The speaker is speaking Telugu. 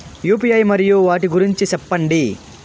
యు.పి.ఐ మరియు వాటి గురించి సెప్పండి?